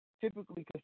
typically